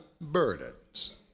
burdens